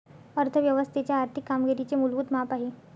अर्थ व्यवस्थेच्या आर्थिक कामगिरीचे मूलभूत माप आहे